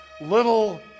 little